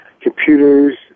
computers